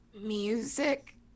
music